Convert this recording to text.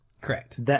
Correct